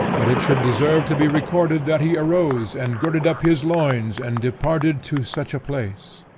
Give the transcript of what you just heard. that it should deserve to be recorded that he arose, and girded up his loins, and departed to such a place.